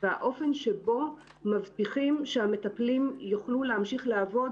והאופן שבו מבטיחים שהמטפלים יוכלו להמשיך לעבוד,